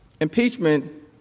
impeachment